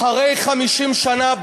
אחרי 50 שנה,